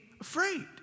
afraid